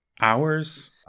Hours